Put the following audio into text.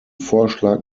vorschlag